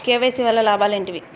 KYC వల్ల లాభాలు ఏంటివి?